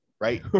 Right